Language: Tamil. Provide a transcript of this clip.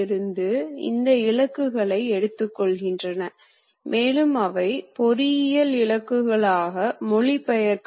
பந்து திருகு அல்லது ரேக் பினியனை பயன்படுத்தி நேரியல் இயக்கமாக மாற்றம் நடைபெறுகிறது